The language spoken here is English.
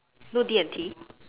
no D&T